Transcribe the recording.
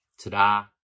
Ta-da